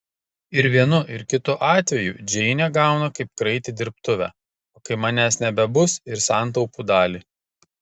ir vienu ir kitu atveju džeinė gauna kaip kraitį dirbtuvę o kai manęs nebebus ir santaupų dalį